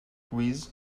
quiz